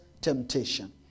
temptation